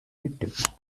youtube